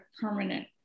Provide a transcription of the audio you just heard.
permanent